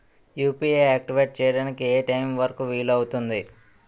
UPI activate చెయ్యడానికి ఏ time వరుకు వీలు అవుతుంది?